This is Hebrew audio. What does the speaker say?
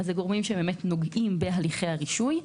אלה גורמים שבאמת נוגעים בהליכי הרישוי.